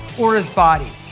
or his body,